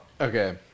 okay